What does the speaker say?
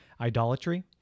idolatry